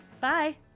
Bye